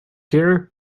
here